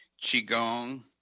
Qigong